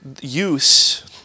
Use